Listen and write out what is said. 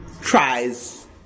tries